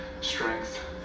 strength